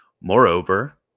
Moreover